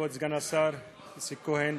כבוד סגן השר איציק כהן,